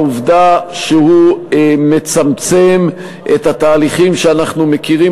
העובדה שהוא מצמצם את התהליכים שאנחנו מכירים,